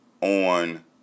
on